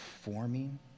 forming